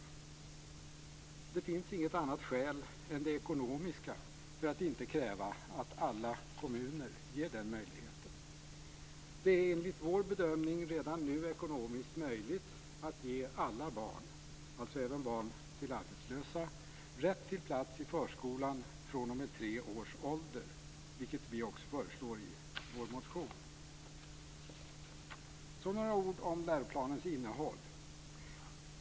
Det finns inget annat skäl än det ekonomiska för att inte kräva att alla kommuner ger den möjligheten. Det är enligt vår bedömning redan nu ekonomiskt möjligt att ge alla barn - alltså även barn till arbetslösa - rätt till plats i förskolan fr.o.m. tre års ålder, vilket vi också föreslår i vår motion. Så några ord om läroplanens innehåll.